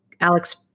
Alex